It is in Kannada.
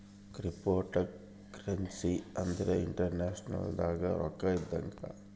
ಕ್ರಿಪ್ಟೋಕರೆನ್ಸಿ ಅಂದ್ರ ಇಂಟರ್ನೆಟ್ ದಾಗ ರೊಕ್ಕ ಇದ್ದಂಗ